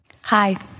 Hi